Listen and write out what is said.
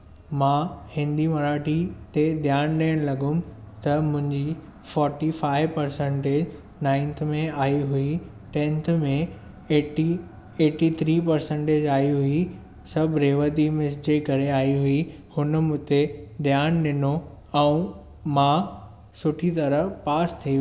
मां हिंदी मराठी ते ध्यानु ॾियणु लॻमि त मुंहिंजी फोर्टी फाइव परसेंटेज नाइंथ में आइ हुई टेंथ में एटी एटी थरी परसेंटेज आइ हुई सभु रेवती मिस जे करे आई हुई हुन मूं ते ध्यानु ॾिनो ऐं मां सुठी तरह पास थी वयमि